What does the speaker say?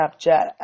Snapchat